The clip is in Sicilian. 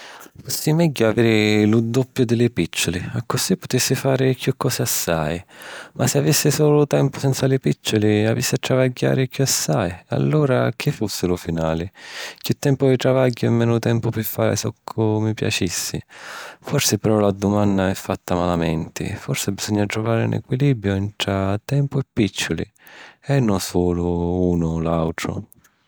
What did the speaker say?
Fussi megghiu aviri lu duppiu di li pìcciuli accussì putissi fari chiù cosi assai. Ma si avissi sulu lu tempu senza li pìcciuli, avissi a travagghiari chiù assai, e allura chi fussi lu finali? Chiù tempu di travagghiu e menu tempu pi fari soccu mi piacissi. Forsi però la dumanna è fatta malamenti? Forsi bisogna truvari 'n equilibriu ntra tempu e pìcciuli, e no sulu unu o l’àutru.